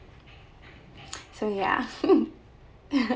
so ya